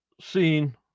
seen